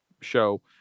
show